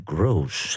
Gross